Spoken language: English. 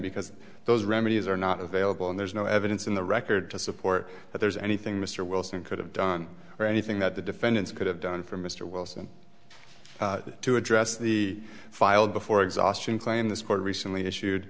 because those remedies are not available and there's no evidence in the record to support that there's anything mr wilson could have done or anything that the defendants could have done for mr wilson to address the filed before exhaustion claim this court recently issued